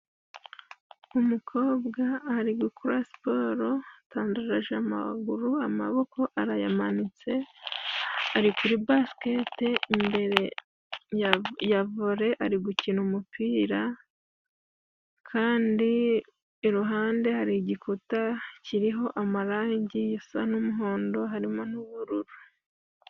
Umukobwa ari gukora siporo atandaraje amaguru, amaboko arayamanitse, ari kuri basikete imbere ya vole ari gukina umupira kandi iruhande hari igikuta kiriho amarangi asa n'umuhondo harimo n'ubururu.